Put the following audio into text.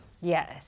Yes